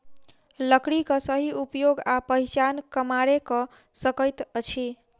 लकड़ीक सही उपयोग आ पहिचान कमारे क सकैत अछि